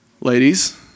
Ladies